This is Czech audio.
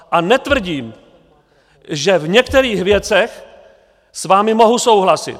A netvrdím, že v některých věcech s vámi mohu souhlasit.